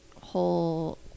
whole